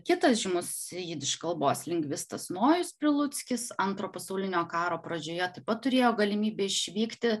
kitas žymus jidiš kalbos lingvistas nojus priluckis antro pasaulinio karo pradžioje taip pat turėjo galimybę išvykti